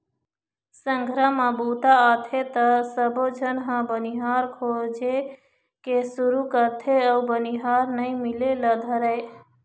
संघरा म बूता आथे त सबोझन ह बनिहार खोजे के सुरू करथे अउ बनिहार नइ मिले ल धरय